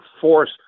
force